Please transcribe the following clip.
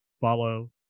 follow